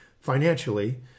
financially